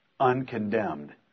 uncondemned